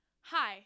Hi